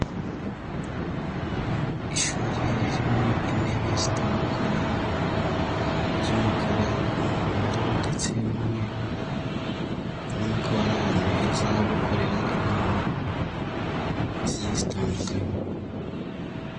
Ishuri ririmo intebe zitandukanye z'umukara, umuhondo ndetse n'umweru. Ubona ko ari ahantu heza ho gukorera inama zigiye zitandukanye.